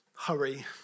Hurry